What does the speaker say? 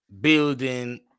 building